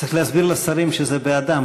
צריך להסביר לשרים שזה בעדם.